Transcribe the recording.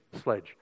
sledge